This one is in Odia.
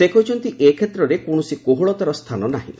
ସେ କହିଛନ୍ତି ଏ କ୍ଷେତ୍ରରେ କୌଣସି କୋହଳତାର ସ୍ଥାନ ନାହିଁ